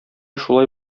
шулай